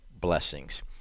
blessings